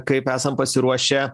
kaip esam pasiruošę